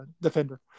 defender